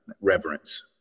reverence